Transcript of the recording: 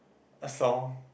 a saw